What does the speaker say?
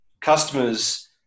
customers